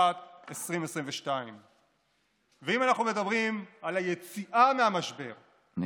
2022-2021. ואם אנחנו מדברים על היציאה מהמשבר,